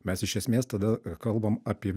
mes iš esmės tada kalbam apie